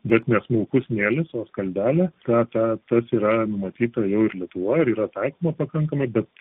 bet ne smulkus smėlis o skaldelė ta ta tas yra numatyta jau ir lietuvoj ir yra taikoma pakankamai bet